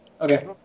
Okay